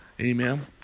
Amen